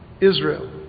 Israel